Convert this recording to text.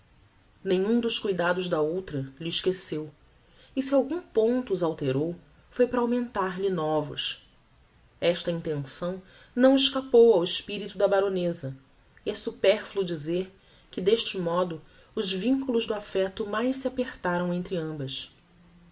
nenhum dos cuidados da outra lhe esqueceu e se em algum ponto os alterou foi para augmentar lhe novos esta intenção não escapou ao espirito da baroneza e é superfluo dizer que deste modo os vinculos do affecto mais se apertaram entre ambas